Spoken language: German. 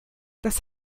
das